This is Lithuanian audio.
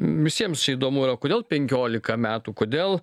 visiems įdomu yra kodėl penkiolika metų kodėl